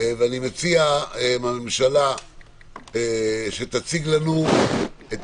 אני מציע שהממשלה תציג לנו את